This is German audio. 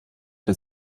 der